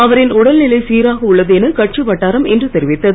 அவரின் உடல்நிலை சீராக உள்ளது என கட்சி வட்டாரம் இன்று தெரிவித்தது